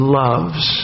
loves